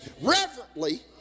reverently